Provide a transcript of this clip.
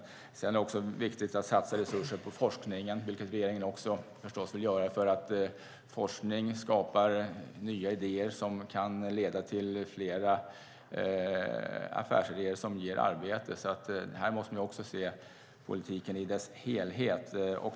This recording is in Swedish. Det är också viktigt att satsa resurser på forskningen, vilket regeringen förstås vill göra. Forskning skapar nya idéer som kan leda till affärsidéer som i sin tur skapar arbetstillfällen. Man måste därför se politiken i dess helhet.